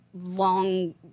long